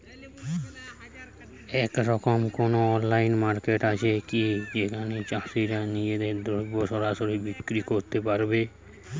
এরকম কোনো online market আছে কি যেখানে চাষীরা নিজেদের দ্রব্য সরাসরি বিক্রয় করতে পারবে?